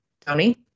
Tony